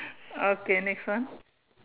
okay this one